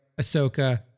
Ahsoka